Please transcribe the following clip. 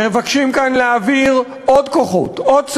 מבקשים כאן להעביר עוד כוחות, עוד סמכויות.